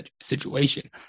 situation